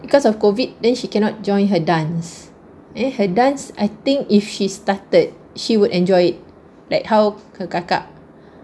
because of COVID then she cannot join her dance eh her dance I think if she started she would enjoy it like how her kakak